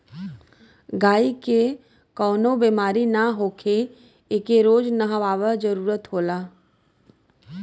गायी के कवनो बेमारी ना होखे एके रोज नहवावे जरुरत होला